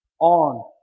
on